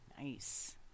Nice